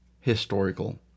historical